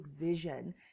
vision